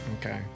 Okay